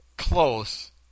Close